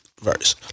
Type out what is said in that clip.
Verse